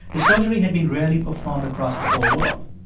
the surgery had been rarely performed across the whole world.